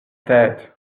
têtes